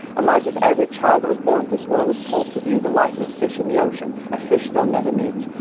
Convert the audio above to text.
imagine if every child that was born into this world was told to view the life of a fish in the ocean, a fish they'll never meet,